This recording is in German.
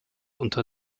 unter